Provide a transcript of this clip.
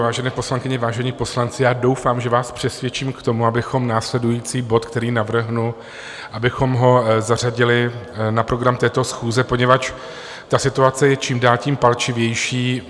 Vážené poslankyně, vážení poslanci, doufám, že vás přesvědčím k tomu, abychom následující bod, který navrhnu, abychom ho zařadili na program této schůze, poněvadž situace je čím dál tím palčivější.